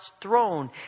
throne